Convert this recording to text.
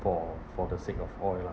for for the sake of oil lah